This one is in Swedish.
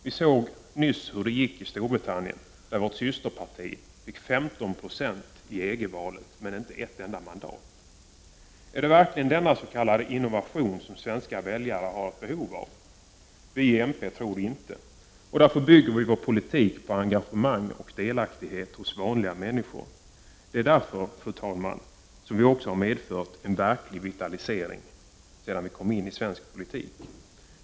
Vi såg nyligen hur det gick i Storbritannien, där vårt systerparti fick 15 70 i EG-valet men inte ett enda mandat. Är det verkligen denna s.k. innovation som svenska väljare har behov av? Vi i mp tycker inte det, och därför bygger vi vår politik på engagemang och delaktighet hos vanliga människor. Det är därför, fru talman, som vi också har medfört en verklig vitalisering sedan vi kom in i svensk politik.